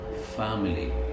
family